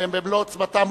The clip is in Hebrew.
במלוא עוצמתם,